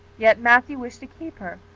yet matthew wished to keep her,